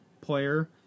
player